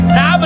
Now